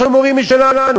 יש לנו מורים משלנו.